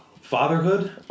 Fatherhood